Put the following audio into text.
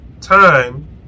time